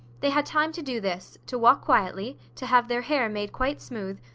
they had time to do this, to walk quietly, to have their hair made quite smooth,